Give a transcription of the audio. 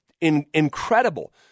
incredible